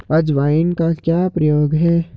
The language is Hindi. अजवाइन का क्या प्रयोग है?